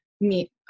meet